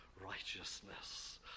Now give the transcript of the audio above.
righteousness